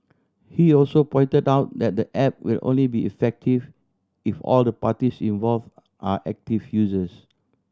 he also pointed out that the app will only be effective if all the parties involved are active users